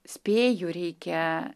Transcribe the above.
spėju reikia